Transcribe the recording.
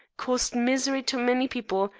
caused misery to many people,